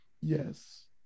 Yes